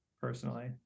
personally